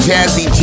Jazzy